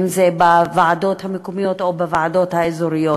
אם זה בוועדות המקומיות או בוועדות האזוריות.